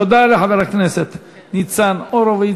תודה לחבר הכנסת ניצן הורוביץ.